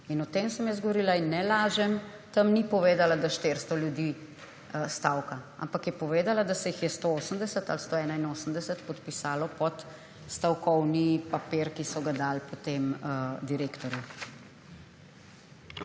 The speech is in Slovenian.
In o tem sem jaz govorila in ne lažem. Tam ni povedala, da 400 ljudi stavka, ampak je povedala, da se jih je 180 ali 181 podpisalo pod stavkovni papir, ki so ga dali potem direktorju.